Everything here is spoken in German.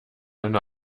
eine